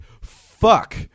fuck